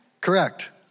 Correct